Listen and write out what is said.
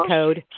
Code